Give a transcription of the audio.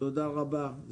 תודה רבה.